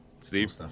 Steve